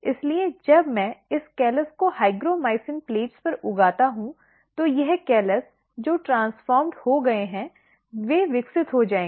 इसलिए जब मैं इस कैलस को हायग्रोमाइसिन प्लेटों पर उगाता हूं तो यह कैलस जो ट्रांसफॉर्म्ड हो गए हैं वे विकसित हो जाएंगे